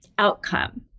Outcome